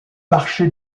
marché